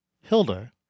Hilda